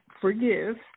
forgive